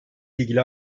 ilgili